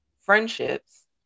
friendships